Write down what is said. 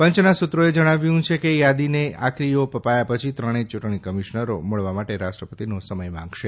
પંચના સૂત્રોએ જણાવ્યું છે કે યાદીને આખરી ઓપ અપાયા પછી ત્રણેય ચૂંટણી કમિશનરો મળવા માટે રાષ્ટ્રપતિનો સમય માંગશે